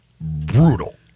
brutal